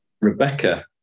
Rebecca